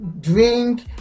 drink